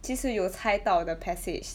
其实有猜到的 passage